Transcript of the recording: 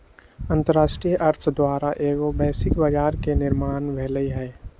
अंतरराष्ट्रीय अर्थ द्वारा एगो वैश्विक बजार के निर्माण भेलइ ह